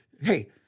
Hey